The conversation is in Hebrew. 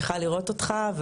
שמחה לראות אותך,